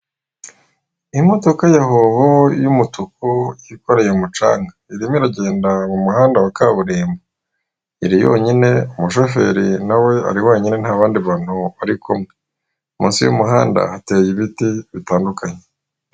Imodoka ya hoho y'umutuku yikoreye umucanga iremo iragenda mu muhanda wa kaburimbo, iri yonyine umushoferi nawe ari wenyine nta bandi bantu bari kumwe, munsi y'umuhanda hateye ibiti bitandukanye.